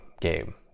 game